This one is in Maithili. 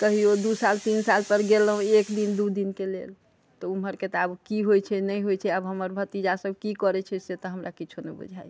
कहियौ दू साल तीन साल पर गेलहुॅं एक दिन दू दिनके लेल तऽ ओम्हरके तऽ आब कि होइ छै नहि होइ छै आब हमर भतीजा सभ कि करै छै से तऽ हमरा किछौ नहि बुझाइया